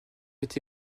être